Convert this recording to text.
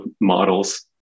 models